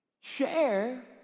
Share